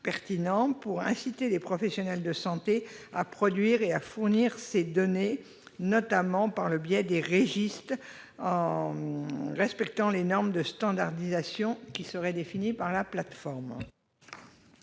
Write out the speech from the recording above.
pertinents afin d'inciter les professionnels de santé à produire et à fournir ces données, notamment par le biais des registres adéquats, en respectant les normes de standardisation définies par la plateforme.